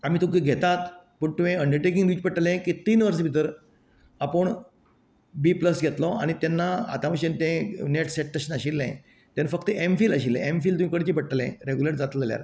आमी तुकां घेतात पूण तुवे एक अंन्डरटेकिंग दिवचें पडटले की तीन वर्सां भितर आपूण बी प्लस घेतलो आनी तेन्ना आता भशेन ते नेट सेट तशें नाशिल्लें तेन्ना फक्त एम फिल आशिल्लें एम फिल तुवेंन करचे पडटले रेग्युलर जातलें जाल्यार